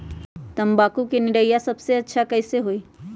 तम्बाकू के निरैया सबसे अच्छा कई से होई?